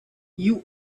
you